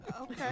Okay